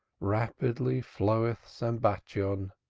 rapidly floweth sambatyon,